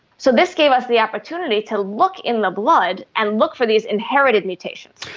so this gave us the opportunity to look in the blood and look for these inherited mutations.